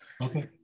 Okay